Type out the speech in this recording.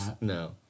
No